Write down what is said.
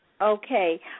Okay